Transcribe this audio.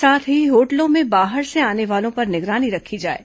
साथ ही होटलों में बाहर से आने वालों पर निगरानी रखी जाएं